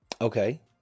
Okay